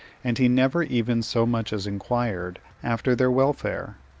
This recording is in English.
and he never even so much as inquired after their welfare.